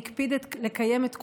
והקפיד לקיים את כולן.